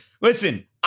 listen